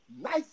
nice